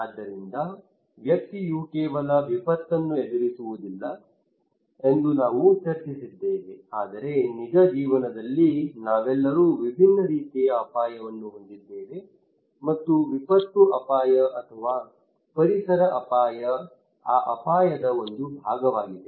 ಆದ್ದರಿಂದ ವ್ಯಕ್ತಿಯು ಕೇವಲ ವಿಪತ್ತನ್ನು ಎದುರಿಸುವುದಿಲ್ಲ ಎಂದು ನಾವು ಚರ್ಚಿಸಿದ್ದೇವೆ ಆದರೆ ನಿಜ ಜೀವನದಲ್ಲಿ ನಾವೆಲ್ಲರೂ ವಿಭಿನ್ನ ರೀತಿಯ ಅಪಾಯವನ್ನು ಹೊಂದಿದ್ದೇವೆ ಮತ್ತು ವಿಪತ್ತು ಅಪಾಯ ಅಥವಾ ಪರಿಸರ ಅಪಾಯ ಆ ಅಪಾಯದ ಒಂದು ಭಾಗವಾಗಿದೆ